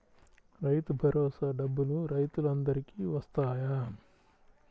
రైతు భరోసా డబ్బులు రైతులు అందరికి వస్తాయా?